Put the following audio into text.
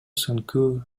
соңку